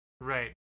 Right